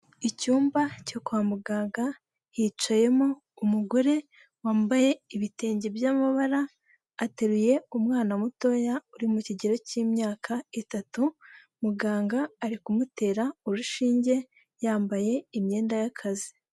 Icyumba cyo kwa muganga hicayemo umugore wambaye ibitenge by'amabara, ateruye umwana mutoya uri mu kigero cy'imyaka itatu, muganga ari kumutera urushinge yambaye imyenda y'akazi.